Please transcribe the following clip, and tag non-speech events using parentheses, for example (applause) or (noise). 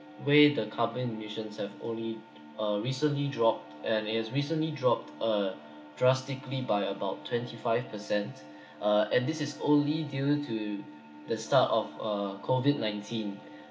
way the carbon emissions have only uh recently dropped and it has recently dropped uh drastically by about twenty five percent (breath) uh and this is only due to the start of uh COVID nineteen